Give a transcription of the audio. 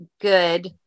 good